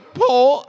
poll